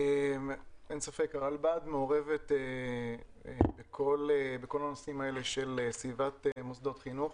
אין ספק שהרלב"ד מעורבת בכל הנושאים האלה של סביבת מוסדות חינוך